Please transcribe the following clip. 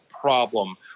problem